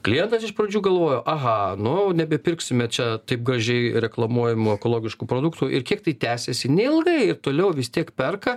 klientas iš pradžių galvojo aha nu nebepirksime čia taip gražiai reklamuojamų ekologiškų produktų ir kiek tai tęsiasi neilgai ir toliau vis tiek perka